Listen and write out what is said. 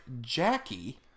Jackie